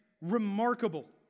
remarkable